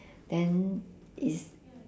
then it's